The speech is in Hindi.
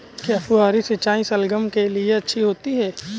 क्या फुहारी सिंचाई शलगम के लिए अच्छी होती है?